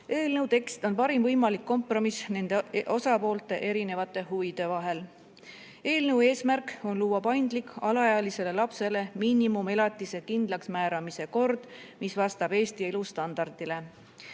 Eelnõu tekst on parim võimalik kompromiss nende osapoolte erinevate huvide vahel. Eelnõu eesmärk on luua paindlik alaealisele lapsele miinimumelatise kindlaksmääramise kord, mis vastab Eesti elustandardile.